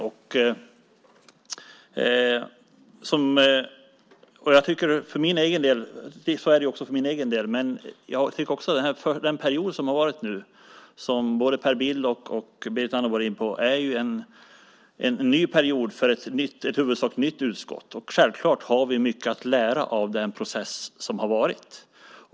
Så är det också för min egen del. Den period som nu har varit är, som både Berit Andnor och Per Bill var inne på, en ny period för ett i huvudsak nytt utskott. Vi har självklart mycket att lära av den process som har varit.